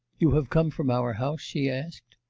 you have come from our house she asked.